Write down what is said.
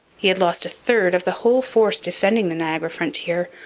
he had lost a third of the whole force defending the niagara frontier,